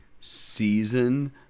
season